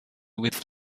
with